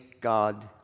God